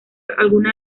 alguna